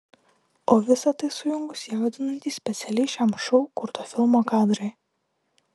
o visa tai sujungs jaudinantys specialiai šiam šou kurto filmo kadrai